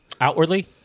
Outwardly